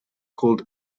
called